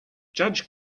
judge